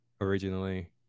originally